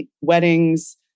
weddings